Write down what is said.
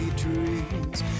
dreams